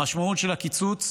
המשמעות של הקיצוץ